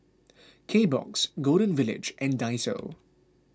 Kbox Golden Village and Daiso